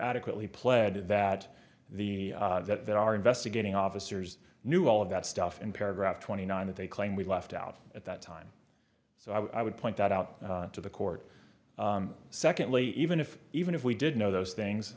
adequately pled that the that they are investigating officers knew all of that stuff in paragraph twenty nine that they claim we left out at that time so i would point that out to the court secondly even if even if we did know those things